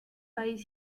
país